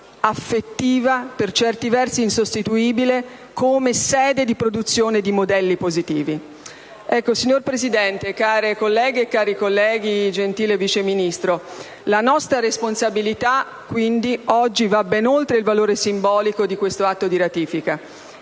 e, per certi aspetti, insostituibile, quale sede di produzione di modelli positivi. Signor Presidente, care colleghe e cari colleghi, gentile Vice Ministro, la nostra responsabilità, dunque, oggi va ben oltre il valore simbolico dell'atto di ratifica